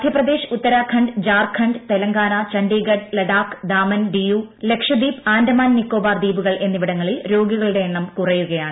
മധ്യപ്രദേശ് ഉത്തരാഖണ്ഡ് ജാർഖണ്ഡ് തെലങ്കാന ചണ്ഡിഗഢ് ലഡാക്ക് ദാമൻ ഡിയു ലക്ഷദ്വീപ് ആൻഡമാൻ നിക്കോബാർ ദ്വീപുകൾ എന്നിവിടങ്ങളിൽ രോഗികളുടെ എണ്ണം കുറയുകയാണ്